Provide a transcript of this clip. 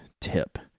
tip